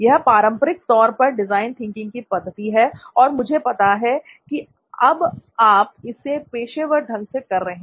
यह पारंपरिक तौर पर डिजाइन थिंकिंग की पद्धति है और मुझे पता है कि अब आप इसे पेशेवर ढंग से कर रहे हैं